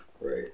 Right